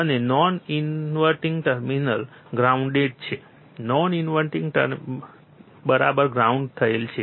અને non inverting terminal grounded છે non inverting બરાબર ગ્રાઉન્ડ થયેલ છે